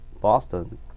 Boston